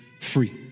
free